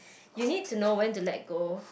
you need to know when to let go